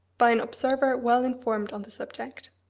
by an observer well informed on the subject.